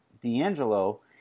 D'Angelo